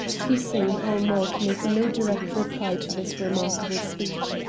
hussein-ul-mulk made no direct reply to this remarkable speech.